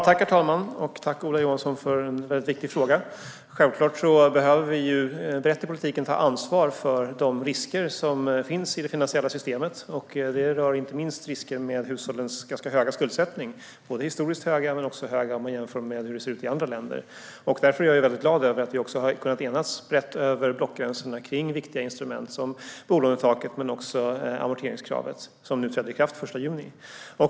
Herr talman! Jag tackar Ola Johansson för en mycket viktig fråga. Självklart behöver vi en politik som tar ansvar för de risker som finns i det finansiella systemet. Det rör inte minst risker med hushållens ganska stora skuldsättning. Den är historiskt stor men också stor om man jämför med hur det ser ut i andra länder. Därför är jag mycket glad över att vi har kunnat enas brett över blockgränsen om viktiga instrument som bolånetaket och amorteringskravet, som träder i kraft den 1 juni.